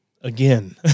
Again